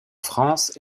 france